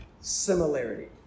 similarity